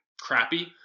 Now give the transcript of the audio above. crappy